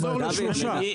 נחזור לשלושה, אדוני.